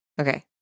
Okay